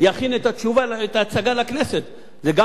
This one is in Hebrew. זה גם לא נכון, לא אתי ולא מכובד.